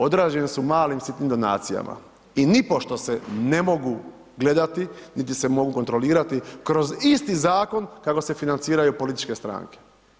Odrađeni su malim sitnim donacijama, i nipošto se ne mogu gledati, niti se mogu kontrolirati kroz isti Zakon kako se financiraju političke stranke.